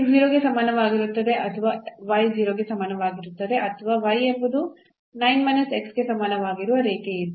0 ಗೆ ಸಮಾನವಾಗಿರುತ್ತದೆ ಅಥವಾ 0 ಗೆ ಸಮಾನವಾಗಿರುತ್ತದೆ ಅಥವಾ ಎಂಬುದು ಗೆ ಸಮನಾಗಿರುವ ರೇಖೆಯಿತ್ತು